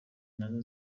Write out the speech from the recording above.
nazo